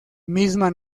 misma